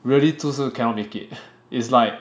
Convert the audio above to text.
really 就是 cannot make it is like